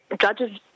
judges